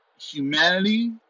humanity